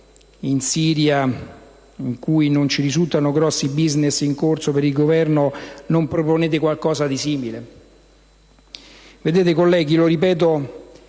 in Siria - in cui non ci risultano grossi *business* in corso per il Governo - non proponete qualcosa di simile? Vedete colleghi, lo ripeto: